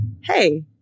hey